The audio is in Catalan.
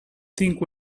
tinc